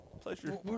Pleasure